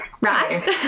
right